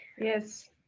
Yes